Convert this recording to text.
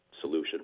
solution